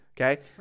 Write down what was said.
okay